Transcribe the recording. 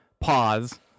pause